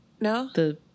no